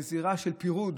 לזירה של פירוד,